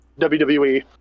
WWE